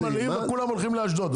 כולם הולכים לאשדוד.